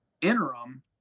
interim